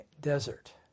Desert